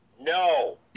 no